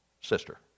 sister